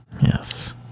yes